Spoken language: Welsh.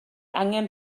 angen